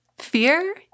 fear